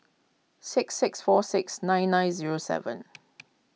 six six four six nine nine zero seven